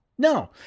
No